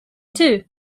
two